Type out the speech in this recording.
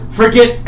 forget